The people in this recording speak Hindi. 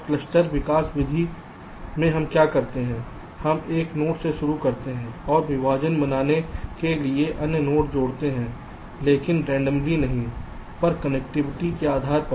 अब क्लस्टर विकास की विधि में हम क्या करते हैं हम एक नोड से शुरू करते हैं और विभाजन बनाने के लिए अन्य नोड्स जोड़ते हैं लेकिन रैंडमली नहीं पर कनेक्टिविटी के आधार पर